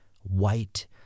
white